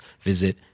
visit